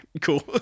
cool